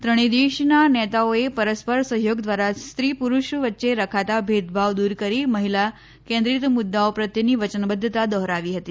ત્રણેય દેશના નેતાઓએ પરસ્પર સહયોગ દ્વારા સ્ત્રી પુરૂષ વચ્ચે રખાતા ભેદભાવ દૂર કરી મહિલા કેન્દ્રીત મુદ્દાઓ પ્રત્યેની વચનબદ્ધતા દોહરાવી હતી